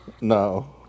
no